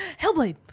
hellblade